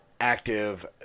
active